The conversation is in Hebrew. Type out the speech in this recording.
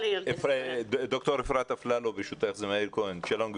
דוקטור אפרת אפללו, ברשותך, שלום.